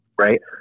right